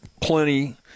plenty